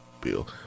Bill